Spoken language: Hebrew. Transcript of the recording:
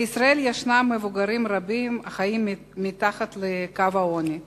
בישראל יש מבוגרים רבים החיים מתחת לקו העוני.